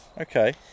Okay